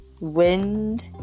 Wind